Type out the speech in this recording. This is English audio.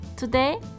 Today